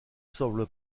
semble